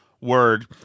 word